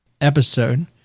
episode